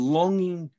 longing